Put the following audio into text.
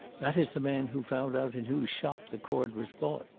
that is the man who found out in whose shop the cord was bought,